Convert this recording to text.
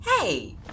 Hey